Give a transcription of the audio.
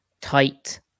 tight